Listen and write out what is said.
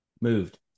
moved